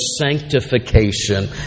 sanctification